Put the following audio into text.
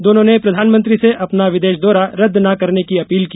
दोनों ने प्रधानमंत्री से अपना विदेश दौरा रद्द न करने की अपील की